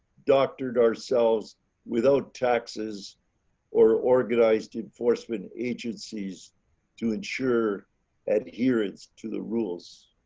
doctored ourselves without taxes or organized enforcement agencies to ensure adherence to the rules.